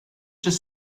just